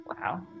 Wow